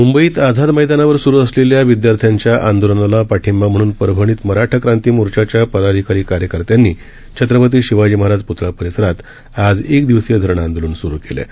मुंबईतआझादमैदानावरसुरूअसलेल्याविद्यार्थ्यांच्याआंदोलानालापाठिंबाम्हणूनपरभणीतमराठाक्रांतीमोर्चा च्यापदाधिकारी कार्यकर्त्यांनीछत्रपतीशिवाजीमहाराजप्तळापरिसरातआजएकदिवसीयधरणेआंदोलनस्रुकेलं आहे